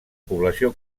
població